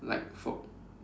like for